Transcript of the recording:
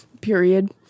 period